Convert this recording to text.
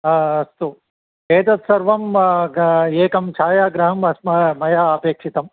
हा अस्तु एतत् सर्वं एकम् छायाग्रहम् अस्मा मया अपेक्षितम्